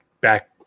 back